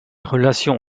relations